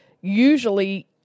usually